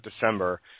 December